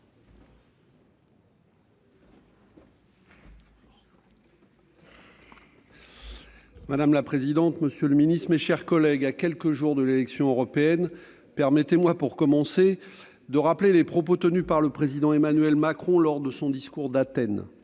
Madame la présidente, monsieur le secrétaire d'État, mes chers collègues, à quelques jours de l'élection européenne, permettez-moi pour commencer de rappeler les propos tenus par le président Emmanuel Macron lors de son discours d'Athènes